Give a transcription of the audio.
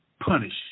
Punish